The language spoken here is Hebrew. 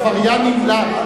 זה על עבריינים נמלטים.